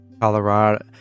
Colorado